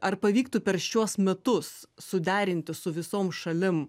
ar pavyktų per šiuos metus suderinti su visom šalim